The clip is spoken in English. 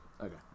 Okay